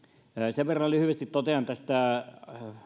sen verran totean lyhyesti tästä